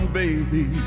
baby